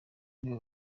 nibo